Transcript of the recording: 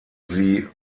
sie